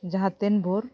ᱡᱟᱦᱟᱸ ᱛᱤᱱ ᱵᱷᱳᱨ